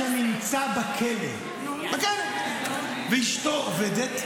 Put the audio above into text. גם אדם שנמצא בכלא ואשתו עובדת,